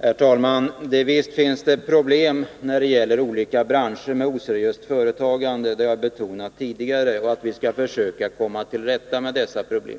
Herr talman! Visst finns det inom vissa branscher problem med oseriöst företagande. Jag har också tidigare betonat att vi skall försöka komma till rätta med dessa problem.